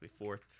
fourth